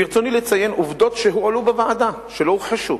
ברצוני לציין עובדות שהועלו בוועדה ולא הוכחשו: